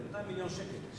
את 200 מיליון השקל.